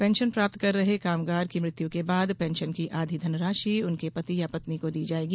pension प्राप्त कर रहे कामगार की मृत्यु के बाद पेंशन की आधी धनराशि उनके पति या पत्नी को दी जाएगी